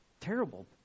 terrible